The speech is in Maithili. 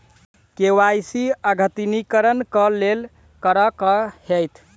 के.वाई.सी अद्यतनीकरण कऽ लेल की करऽ कऽ हेतइ?